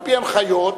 על-פי ההנחיות,